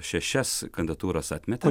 šešias kandidatūras atmetė